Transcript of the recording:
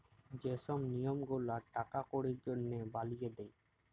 যে ছব লিয়ম গুলা টাকা কড়ির জনহে বালিয়ে দে